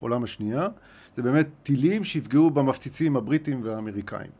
עולם השנייה, זה באמת טילים שיפגעו במפציצים הבריטים והאמריקאים